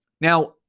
Now